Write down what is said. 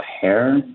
hair